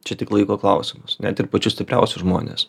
čia tik laiko klausimas net ir pačius stipriausius žmones